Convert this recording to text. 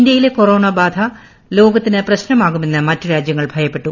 ഇന്ത്യയിലെ കൊറോണ ബാധ ലോകത്തിന് പ്രശ്നമാകുമെന്ന് മറ്റു രാജ്യങ്ങൾ ഭയപ്പെട്ടു